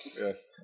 Yes